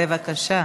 בבקשה.